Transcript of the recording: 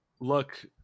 look